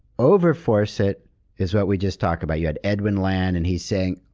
over-force it is what we just talked about. you have edwin land and he's saying,